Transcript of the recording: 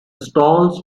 stalls